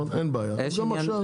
אין בעיה אז גם עכשיו.